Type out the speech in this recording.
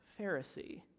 Pharisee